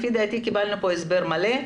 לפי דעתי קיבלנו כאן הסבר מלא.